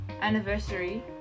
anniversary